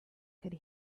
could